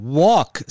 walk